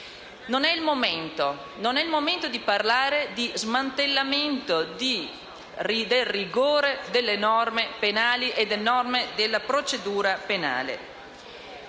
Non è il momento di parlare di smantellamento del rigore delle norme penali e delle norme di procedura penale.